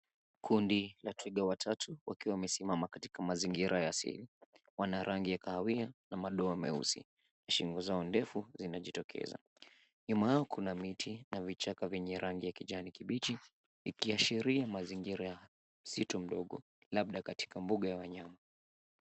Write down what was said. Kundi la twiga watatu wakiwa wamesimama katika mazingira ya asili wana rangi ya kahawia na madoa meusi shingo zao ndefu zinajitokeza nyuma yao kuna miti na vichaka vyenye rangi ya kijani kibichi ikiashiria mazingira ya msitu mdogo labda katika mbuga ya wanyama.